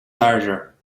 larger